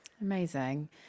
Amazing